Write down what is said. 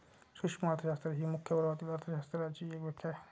सूक्ष्म अर्थशास्त्र ही मुख्य प्रवाहातील अर्थ शास्त्राची एक शाखा आहे